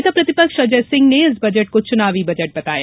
नेता प्रतिपक्ष अजय सिंह ने इस बजट को चुनावी बजट बताया